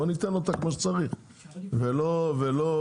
בוא ניתן אותה כמו שצריך ולא להגיד